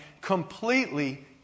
completely